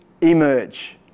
emerge